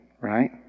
right